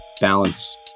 balance